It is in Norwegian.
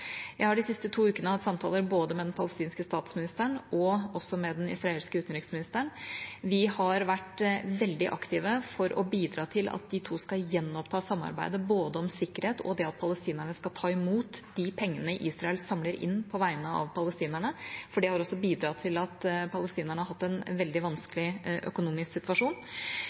Jeg har de siste to ukene hatt samtaler med både den palestinske statsministeren og den israelske utenriksministeren. Vi har vært veldig aktive for å bidra til at de to skal gjenoppta samarbeidet om både sikkerhet og det at palestinerne skal ta imot de pengene Israel samler inn på vegne av palestinerne, for det har også bidratt til at palestinerne har hatt en veldig vanskelig økonomisk situasjon.